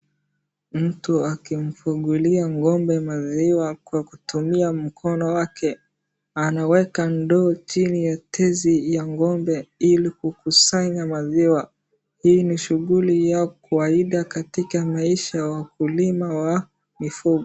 Mtu akimfungulia ng'ombe maziwa kwa kutumia mkono wake, anaweka ndoo chini ya titi ya ng'ombe ili kukusanya maziwa, hii ni shughuli ya kawaida katika maisha ya wakulima wa mifugo.